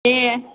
दे